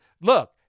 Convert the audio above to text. look